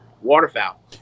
waterfowl